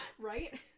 Right